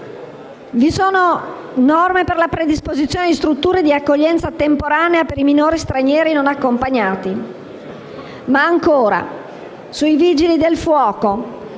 Vi sono norme per la predisposizione di strutture di accoglienza temporanea per i minori stranieri non accompagnati. Ancora, sui vigili del fuoco: